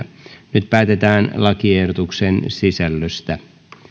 nyt päätetään lakiehdotuksen sisällöstä